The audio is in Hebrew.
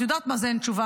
את יודעת מה זה אין תשובה.